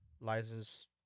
license